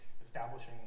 establishing